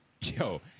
yo